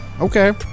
Okay